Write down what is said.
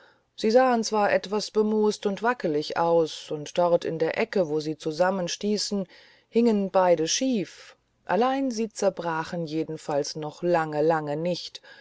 sie sahen zwar etwas bemoost und wackelig aus und dort in der ecke wo sie zusammenstießen hingen beide schief allein sie zerbrachen jedenfalls noch lange lange nicht